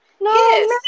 No